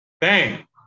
Bang